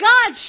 God